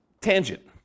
tangent